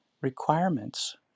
requirements